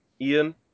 Ian